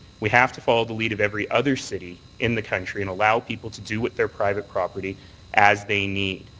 we have to follow the lead of every other city in the country and allow people to do with their private property as they need.